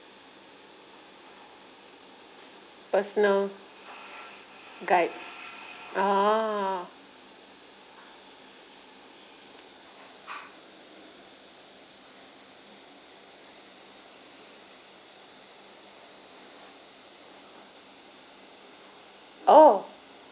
personal guide ah oh